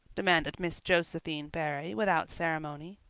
demanded miss josephine barry, without ceremony.